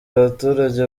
abaturage